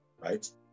Right